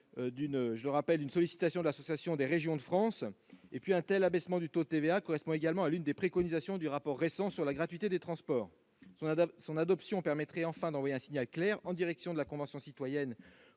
d'une sollicitation de l'Association des régions de France. Une telle mesure correspond aussi à l'une des préconisations du rapport récent sur la gratuité des transports. Son adoption permettrait enfin d'envoyer un signal clair en direction de la Convention citoyenne